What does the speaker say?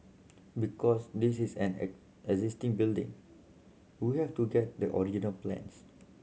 because this is an existing building we have to get the original plans